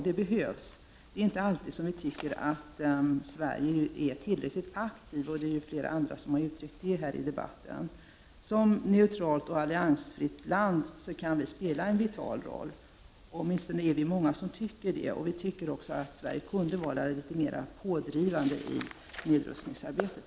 Det behövs, då Sverige inte alltid är tillräckligt aktivt, vilket flera har uttryckt i debatten. Som neutralt och alliansfritt land kan Sverige spela en vital roll — det tycker många — och kan också vara mera pådrivande i nedrustningsarbetet.